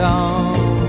on